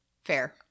fair